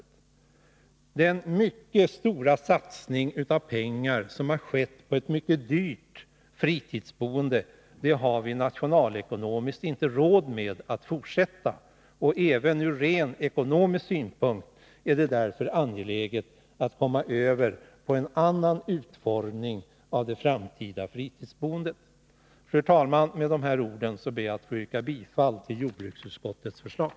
Den mycket stora satsning av pengar som gjorts på ett mycket dyrt fritidsboende har vi nationalekonomiskt sett inte råd att fortsätta med. Även ur rent ekonomisk synpunkt är det därför angeläget att vi får en annan utformning av det framtida fritidsboendet. Fru talman! Med dessa ord ber jag att få yrka bifall till jordbruksutskottets hemställan.